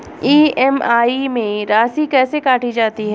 EMI में राशि कैसे काटी जाती है?